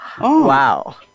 Wow